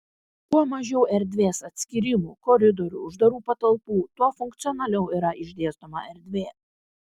kuo mažiau erdvės atskyrimų koridorių uždarų patalpų tuo funkcionaliau yra išdėstoma erdvė